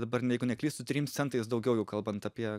dabar jeigu neklystu trim centais daugiau jeigu kalbant apie